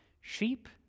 Sheep